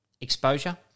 exposure